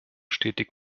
stetig